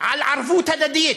על ערבות הדדית,